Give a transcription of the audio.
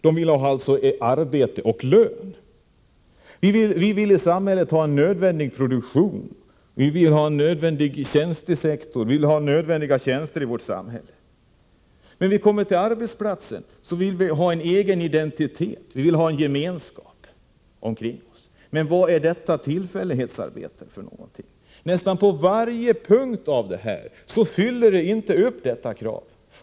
De vill alltså ha arbete och lön. Vi vill i samhället ha en nödvändig produktion. Vi vill ha en nödvändig tjänstesektor och nödvändiga tjänster i samhället. När vi kommer till arbetsplatsen vill vi ha en egen identitet, och vi vill ha en gemenskap omkring oss. Men vad är tillfällighetsarbete för någonting? Nästan på varje nämnd punkt uppfyller tillfällighetsarbetet inte dessa krav.